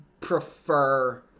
prefer